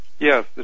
Yes